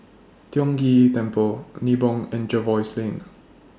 Tiong Ghee Temple Nibong and Jervois Lane